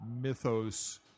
mythos